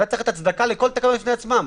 צריך לתת הצדקה לכל תקנות בפני עצמן.